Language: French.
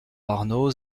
arnaud